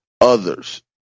others